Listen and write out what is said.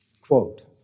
Quote